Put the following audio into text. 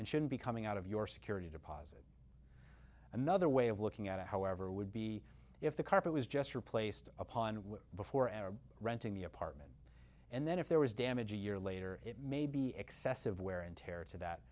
and shouldn't be coming out of your security deposit another way of looking at it however would be if the carpet was just replaced upon before and renting the apartment and then if there was damage a year later it may be excessive wear and tear to that